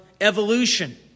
evolution